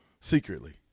Secretly